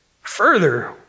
Further